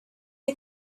you